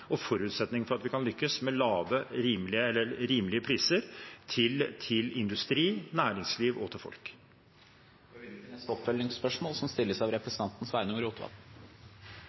og forutsetningen for at vi kan lykkes med rimelige priser til industri, næringsliv og folk. Sveinung Rotevatn